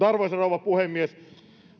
arvoisa rouva puhemies